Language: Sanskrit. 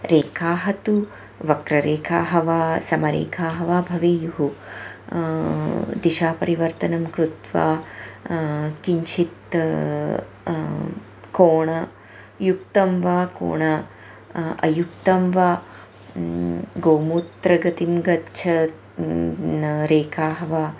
रेखाः तु वक्र रेखाः वा समरेखाः वा भवेयुः दिशा परिवर्तनं कृत्वा किञ्चित् कोण युक्तं वा कोण अयुक्तं वा गोमूत्रगतिं गच्छ रेखाः वा